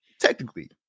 technically